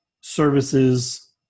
services